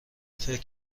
فکر